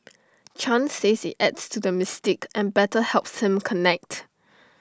chan says IT adds to the mystique and better helps him connect